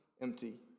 empty